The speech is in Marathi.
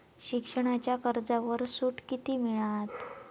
शिक्षणाच्या कर्जावर सूट किती मिळात?